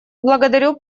благодарю